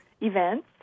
Events